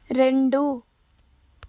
రెండు